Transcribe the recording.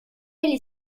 est